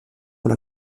pour